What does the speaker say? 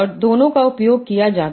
और दोनों का उपयोग किया जाता है